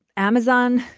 amazon.